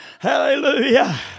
Hallelujah